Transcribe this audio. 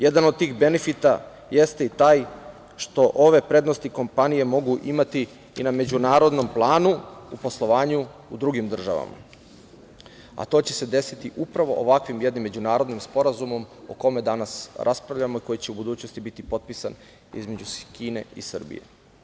Jedan od tih benefita jeste i taj što ove prednosti kompanije mogu imati i na međunarodnom planu u poslovanju u drugim državama, a to će se desiti upravo ovakvim jednim međunarodnim sporazumom o kome danas raspravljamo i koji će u budućnosti biti potpisan između Kine i Srbije.